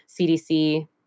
CDC